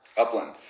Upland